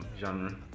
genre